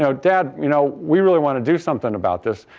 know, dad, you know we really want to do something about this.